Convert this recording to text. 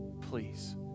Please